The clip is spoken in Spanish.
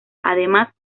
además